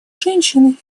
женщин